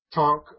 talk